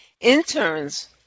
interns